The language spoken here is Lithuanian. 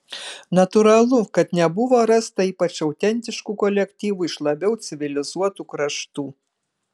natūralu kad nebuvo rasta ypač autentiškų kolektyvų iš labiau civilizuotų kraštų